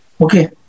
Okay